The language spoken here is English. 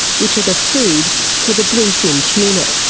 which are the food for the bluefin tuna.